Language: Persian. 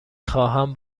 خواهم